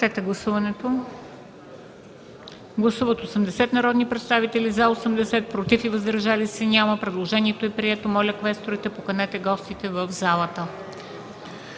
предложение. Гласували 80 народни представители: за 80, против и въздържали се няма. Предложението е прието. Моля, квесторите, поканете гостите в залата.